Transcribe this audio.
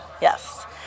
Yes